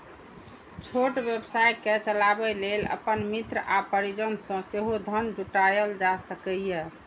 छोट व्यवसाय कें चलाबै लेल अपन मित्र आ परिजन सं सेहो धन जुटायल जा सकैए